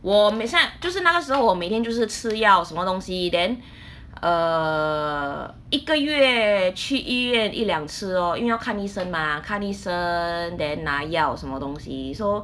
我每下就是那个时候我每天就是吃药什么东西 then err 一个月去医院一两次 lor 因为要看医生 mah 看医生 then 拿药什么东西 so